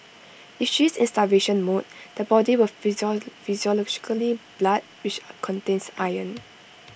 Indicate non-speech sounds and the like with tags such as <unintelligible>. if she is in starvation mode the body will <unintelligible> physiologically blood which <hesitation> contains iron